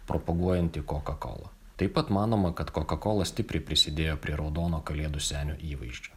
propaguojanti kokakola taip pat manoma kad kokakola stipriai prisidėjo prie raudono kalėdų senio įvaizdžio